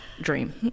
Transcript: dream